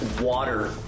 water